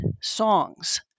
songs